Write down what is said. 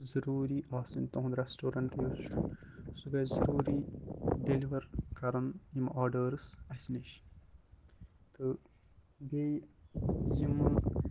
ضُروٗری آسٕنۍ تُہنٛد ریٚسٹورنٛٹ یُس چھُ سُہ گژھِ ضروٗری ڈیٚلِوَر کَرُن یِم آرڈٲرٕس اسہِ نِش تہٕ بیٚیہِ یمہٕ